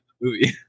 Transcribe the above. movie